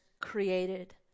created